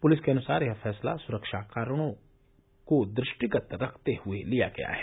police के अनुसार यह फैसला सुरक्षा कारणों को दृष्टिगत रखते हुए लिया गया है